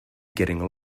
getting